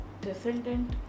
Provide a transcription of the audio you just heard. descendant